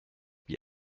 wie